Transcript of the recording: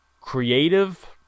creative